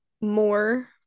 more